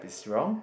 it's wrong